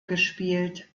gespielt